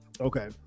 Okay